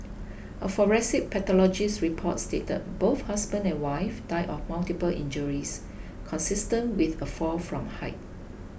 a forensic pathologist's report stated both husband and wife died of multiple injuries consistent with a fall from height